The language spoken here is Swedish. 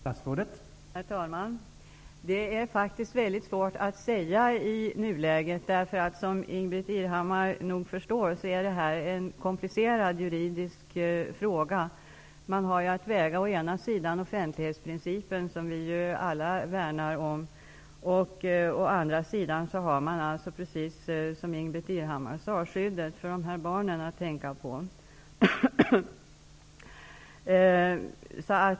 Herr talman! Det är faktiskt svårt att i nuläget svara på frågan. Som Ingbritt Irhammar förstår är detta en komplicerad juridisk fråga. Å ena sidan är det fråga om offentlighetsprincipen, som vi alla värnar om, å andra sidan är det, precis som Ingbritt Irhammar sade, fråga om skyddet för barnen.